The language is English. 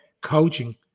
coaching